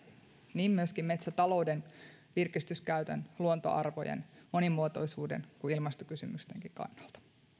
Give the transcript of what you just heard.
niin metsätalouden virkistyskäytön luontoarvojen monimuotoisuuden kuin ilmastokysymystenkin kannalta